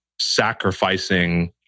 sacrificing